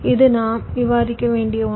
இது நாம் விவாதிக்க வேண்டிய ஒன்று